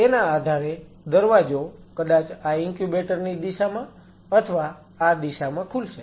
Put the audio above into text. તો તેના આધારે દરવાજો કદાચ આ ઇન્ક્યુબેટર ની દિશામાં અથવા આ દિશામાં ખુલશે